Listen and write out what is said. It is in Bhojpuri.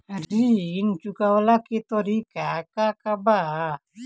ऋण चुकव्ला के तरीका का बा?